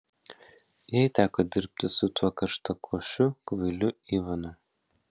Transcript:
jai teko dirbti su tuo karštakošiu kvailiu ivanu